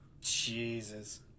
Jesus